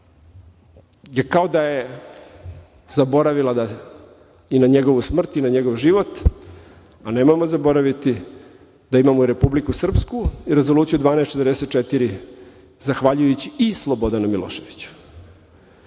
kao da je zaboravila i na njegovu smrt i na njegov život, a nemojmo zaboraviti da imamo Republiku Srpsku i Rezoluciju 1244 zahvaljujući i Slobodanu Miloševiću.